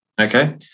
Okay